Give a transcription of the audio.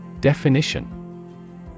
Definition